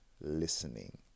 listening